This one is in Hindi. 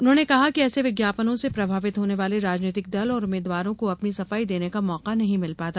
उसने कहा कि ऐसे विज्ञापनों से प्रभावित होने वाले राजनीतिक दल और उम्मीदवारों को अपनी सफाई देने का मौका नहीं मिल पाता